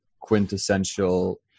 quintessential